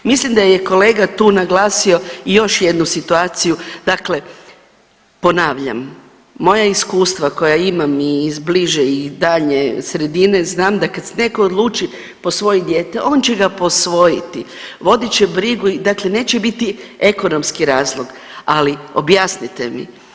Mislim da je kolega tu naglasio i još jednu situaciju, dakle ponavljam, moja iskustva koja imam i iz bliže i daljnje sredine, znam da kad se netko odluči posvojiti dijete, on će ga posvojiti, vodit će brigu, dakle neće biti ekonomski razlog, ali objasnite mi.